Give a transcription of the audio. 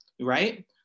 right